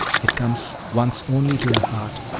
it comes once only to the heart,